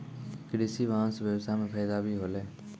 कृषि वाहन सें ब्यबसाय म फायदा भी होलै